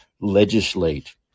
legislate